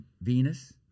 Venus